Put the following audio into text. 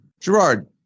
Gerard